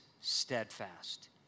steadfast